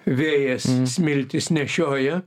vėjas smiltis nešioja